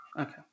Okay